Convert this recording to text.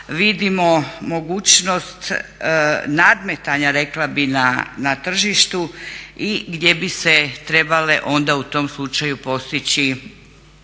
vidimo mogućnost nadmetanja rekla bih na tržištu i gdje bi se trebale onda u tom slučaju postići